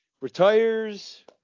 retires